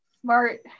Smart